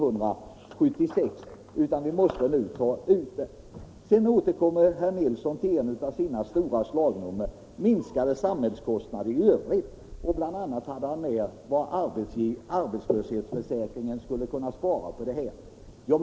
Herr Nilsson återkommer sedan till ett av sina stora slagnummer när det gäller finansieringen, nämligen minskade samhällskostnader i övrigt. Bl. a. tog han upp vad man skulle kunna spara in på arbetslöshetsför 25 säkringen.